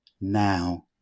now